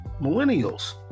millennials